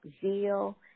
Zeal